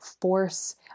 force